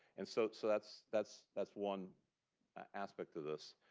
and so so that's that's that's one aspect of this.